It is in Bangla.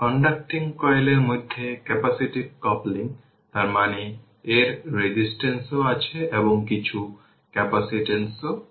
কন্ডাক্টিং কয়েলের মধ্যে ক্যাপাসিটিভ কাপলিং তার মানে এর রেজিস্ট্যান্স ও আছে এবং কিছু ক্যাপাসিট্যান্স ও আছে